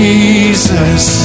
Jesus